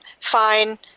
fine